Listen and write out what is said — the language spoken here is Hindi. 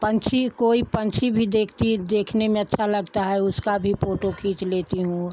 पंछी कोई पंछी भी देखती देखने में अच्छा लगता है उसका भी फोटो खींच लेती हूँ